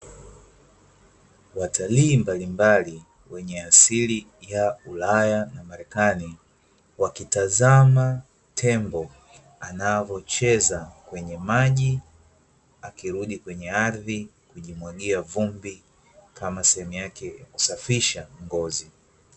Watalii malimbali wenye asili ya ulaya na marekani, wakitazama tembo anavyocheza kwenye maji akirudi kwenye ardhi kujimwagia vumbi kama sehemu ya kusafisha ngozi.